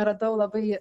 radau labai